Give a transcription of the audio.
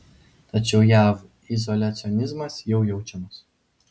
tačiau jav izoliacionizmas jau jaučiamas